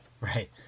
right